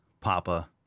papa